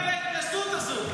בגלל ההתנשאות הזאת.